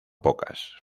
pocas